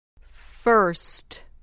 First